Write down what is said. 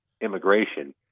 immigration